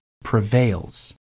prevails